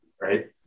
right